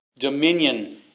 dominion